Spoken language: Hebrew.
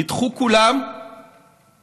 נדחו כולם בבג"ץ.